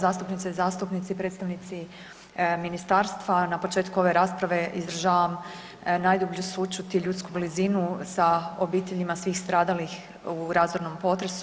Zastupnice i zastupnici, predstavnici ministarstva na početku ove rasprave izražavam najdublju sućut i ljudsku blizinu sa obiteljima svih stradalih u razornom potresu.